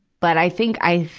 but i think i,